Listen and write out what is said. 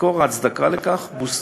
מקור ההצדקה לכך,